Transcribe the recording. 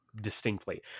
distinctly